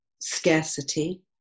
scarcity